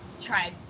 tried